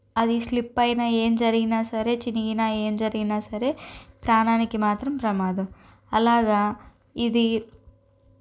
అది స్లిప్ అయినా ఏం జరిగినా సరే చిరిగిన ఏం జరిగినా సరే ప్రాణానికి మాత్రం ప్రమాదం అలాగా ఇది